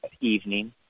evening